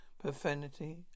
profanity